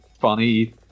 funny